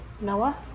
Noah